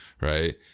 right